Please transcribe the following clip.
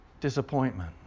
Disappointment